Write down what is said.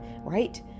right